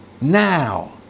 Now